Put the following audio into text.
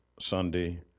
Sunday